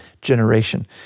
generation